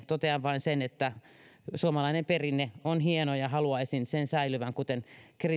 totean vain sen että suomalainen perinne on hieno ja haluaisin sen säilyvän kuten